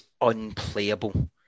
unplayable